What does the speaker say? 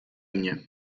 mnie